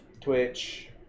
Twitch